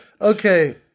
Okay